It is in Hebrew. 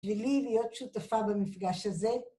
‫כדי לי להיות שותפה במפגש הזה.